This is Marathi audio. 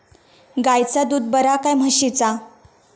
गायचा दूध बरा काय म्हशीचा?